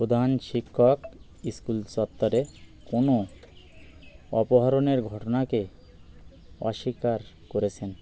প্রধান শিক্ষক স্কুল চত্বরে কোনো অপহরণের ঘটনাকে অস্বীকার করেছেন